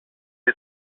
his